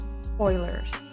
spoilers